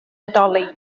bodoli